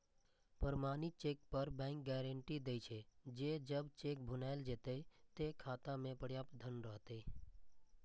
प्रमाणित चेक पर bank guarantee दै छे, जे जब चेक भुनाएल जेतै, ते खाता मे पर्याप्त धन रहतै